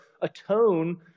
atone